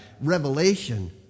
revelation